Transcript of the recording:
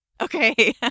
Okay